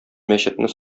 мәчетне